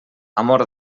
amor